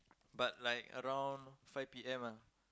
but like around five P_M